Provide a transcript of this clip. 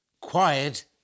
quiet